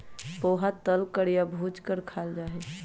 पोहा तल कर या भूज कर खाल जा हई